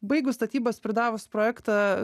baigus statybas pridavus projektą